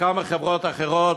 וכמה חברות אחרות,